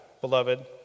beloved